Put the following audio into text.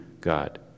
God